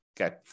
Okay